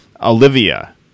Olivia